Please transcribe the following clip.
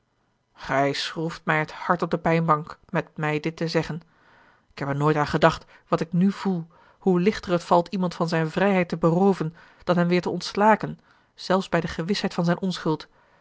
gij schroeft mij het harte op de pijnbank met mij dit te zeggen ik heb er nooit aan gedacht wat ik nu voel hoe lichter het valt iemand van zijne vrijheid te berooven dan hem weêr te ontslaken zelfs bij de gewisheid van zijne onschuld